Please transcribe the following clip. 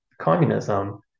communism